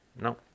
No